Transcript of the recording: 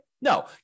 No